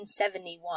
1971